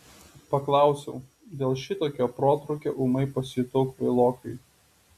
paklausiau dėl šitokio protrūkio ūmai pasijutau kvailokai